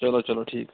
چلو چلو ٹھیٖک چھُ